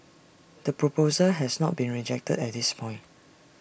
the proposal has not been rejected at this point